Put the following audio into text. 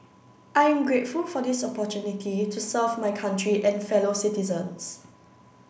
I am grateful for this opportunity to serve my country and fellow citizens